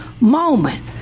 moment